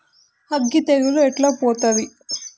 అగ్గి తెగులు ఎట్లా పోతది?